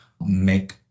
make